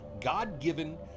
God-given